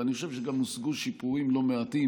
ואני חושב שגם הושגו שיפורים לא מעטים,